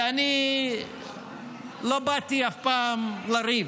ואני לא באתי אף פעם לריב.